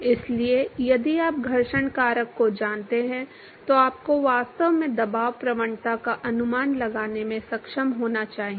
इसलिए यदि आप घर्षण कारक को जानते हैं तो आपको वास्तव में दबाव प्रवणता का अनुमान लगाने में सक्षम होना चाहिए